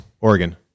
Oregon